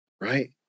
right